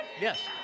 Yes